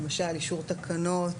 למשל אישור תקנות,